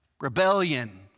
rebellion